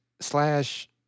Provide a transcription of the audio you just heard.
Slash